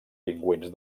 pingüins